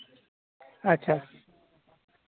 ᱟᱪᱪᱷᱟ